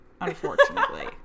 unfortunately